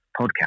podcast